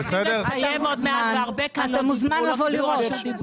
אתה מוזמן לבוא לראות.